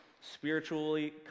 Spiritually